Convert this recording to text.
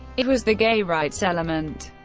it was the gay rights element,